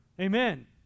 Amen